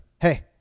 hey